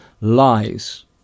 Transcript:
lies